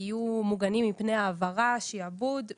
יהיו מוגנים מפני העברה, שיעבוד ועיקול.